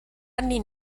anni